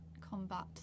combat